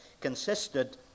consisted